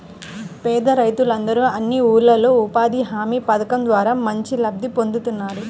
పేద రైతులందరూ అన్ని ఊర్లల్లో ఉపాధి హామీ పథకం ద్వారా మంచి లబ్ధి పొందుతున్నారు